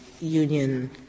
union